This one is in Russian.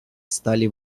стали